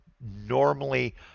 normally